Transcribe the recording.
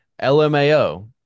LMAO